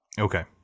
Okay